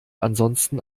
ansonsten